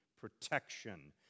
protection